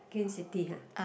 gain city [huh]